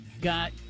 got